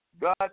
God